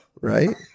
right